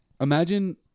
imagine